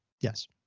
yes